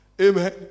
Amen